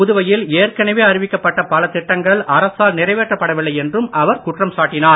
புதுவையில் ஏற்கனவே அறிவிக்கப்பட்ட பல திட்டங்கள் அரசால் நிறைவேற்றப் படவில்லை என்றும் அவர் குற்றம் சாட்டினார்